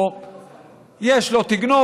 או יש "לא תגנוב",